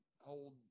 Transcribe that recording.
Hold